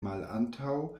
malantaŭ